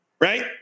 Right